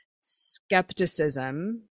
skepticism